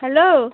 hello